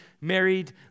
married